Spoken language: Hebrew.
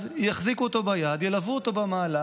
אז יחזיקו אותו ביד, ילוו אותו במהלך.